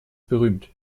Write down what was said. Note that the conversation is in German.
berühmt